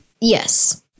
Yes